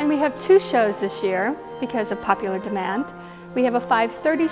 and we have two shows this year because of popular demand we have a five thirty